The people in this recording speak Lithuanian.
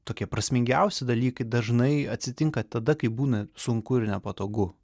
tokie prasmingiausi dalykai dažnai atsitinka tada kai būna sunku ir nepatogu